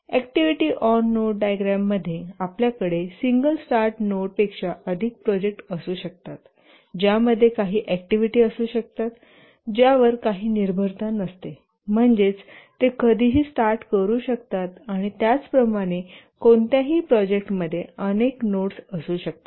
activity on node diagram मध्ये आपल्याकडे single start नोडपेक्षा अधिक प्रोजेक्ट असू शकतात ज्यामध्ये काही अॅक्टिव्हिटी असू शकतात ज्यावर काही निर्भरता नसते म्हणजेच ते कधीही स्टार्ट करू शकतात आणि त्याचप्रमाणे कोणत्याही प्रोजेक्टमध्ये अनेक नोड्स असू शकतात